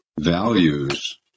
values